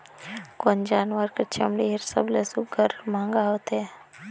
कोन जानवर कर चमड़ी हर सबले सुघ्घर और महंगा होथे?